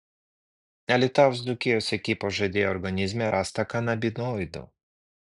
alytaus dzūkijos ekipos žaidėjo organizme rasta kanabinoidų